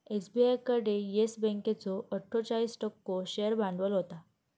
SBI कडे Yes बँकेचो अट्ठोचाळीस टक्को शेअर भांडवल होता